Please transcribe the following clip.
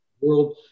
world